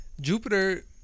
Jupiter